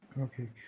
Okay